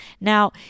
Now